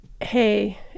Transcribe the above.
Hey